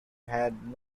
had